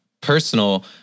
personal